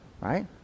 Right